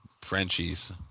Frenchies